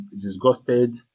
Disgusted